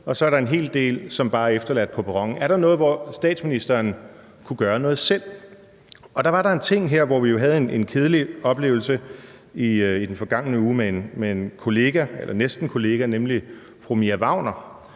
Og så er der en hel del, som bare er efterladt på perronen. Er der noget, statsministeren kunne gøre selv? Der var der en ting her, hvor vi jo havde en kedelig oplevelse i den forgangne uge med en kollega eller næstenkollega, nemlig fru Mia Wagner,